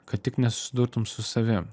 kad tik nesusidurtum su savim